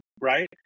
right